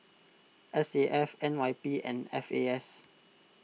S A F N Y P and F A S